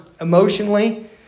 emotionally